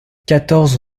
quatorze